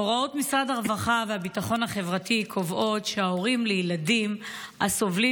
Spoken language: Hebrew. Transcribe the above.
הוראות משרד הרווחה והביטחון החברתי קובעות שהורים לילדים הסובלים